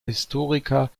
historiker